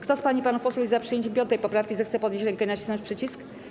Kto z pań i panów posłów jest za przyjęciem 5. poprawki, zechce podnieść rękę i nacisnąć przycisk.